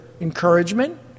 encouragement